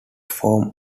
form